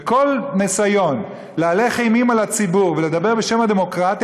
וכל ניסיון להלך אימים על הציבור ולדבר בשם הדמוקרטיה,